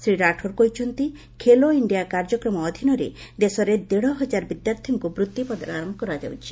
ଶ୍ରୀ ରାଠୋର କହିଛନ୍ତି ଖେଲୋ ଇଣ୍ଡିଆ କାର୍ଯ୍ୟକ୍ରମ ଅଧୀନରେ ଦେଶର ଦେଢ ହଜାର ବିଦ୍ୟାର୍ଥୀଙ୍କୁ ବୃତ୍ତି ପ୍ରଦାନ କରାଯାଉଛି